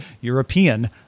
European